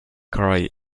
cry